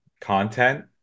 content